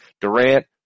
Durant